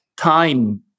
time